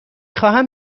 خواهم